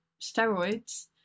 steroids